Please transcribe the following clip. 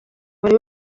buri